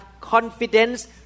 confidence